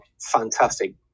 fantastic